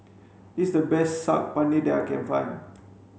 this is the best Saag Paneer that I can find